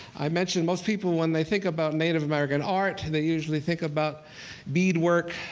i mentioned, most people when they think about native american art, they usually think about bead work,